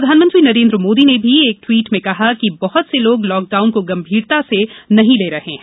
प्रधानमंत्री नरेंद्र मोदी ने एक ट्वीट में कहा कि बहुत से लोग लॉकडाउन को गंभीरता से नहीं ले रहे हैं